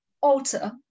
alter